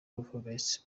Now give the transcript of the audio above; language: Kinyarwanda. performance